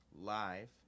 live